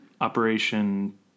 Operation